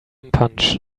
punch